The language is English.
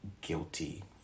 guilty